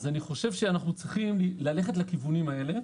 אז אני חושב שאנחנו צריכים ללכת לכיוונם האלה.